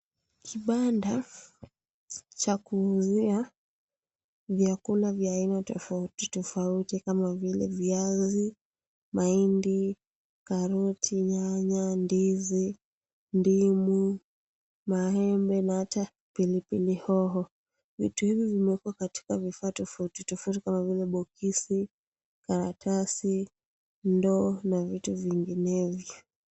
Kibanda cha kuuzia vyakula vya aina tofauti tofauti kama vile; viazi, mahindi , karoti, nyanya , ndizi ,ndimu ,maembe na hata pilipili hoho, vitu hivi vimewekwa katika vifaa tofauti tofauti kama vile boksi ,karatasi ,ndoo na vitu vinginevyo.